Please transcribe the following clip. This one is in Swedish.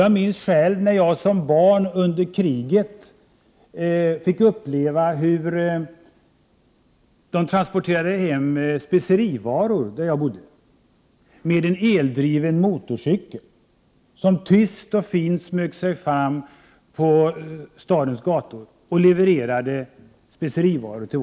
Jag minns själv när jag som barn under kriget fick uppleva hur man transporterade specerivaror till vårt hem med en eldriven motorcykel, som tyst och fint smög sig fram på stadens gator. Det är alltså snart 50 år sedan.